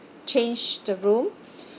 changed the room